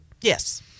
Yes